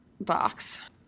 Box